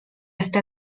està